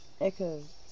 Echoes